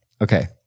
Okay